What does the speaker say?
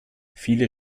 viele